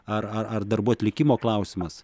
ar ar ar darbų atlikimo klausimas